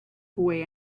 boy